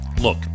look